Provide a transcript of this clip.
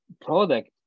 product